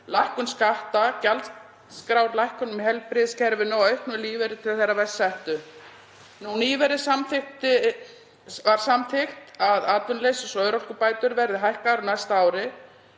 lækkun skatta, gjaldskrárlækkunum í heilbrigðiskerfinu og auknum lífeyri til þeirra verst settu. Nýverið var samþykkt að atvinnuleysis- og örorkubætur verði hækkaðar á næsta ári.